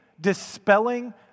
dispelling